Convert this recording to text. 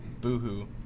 boohoo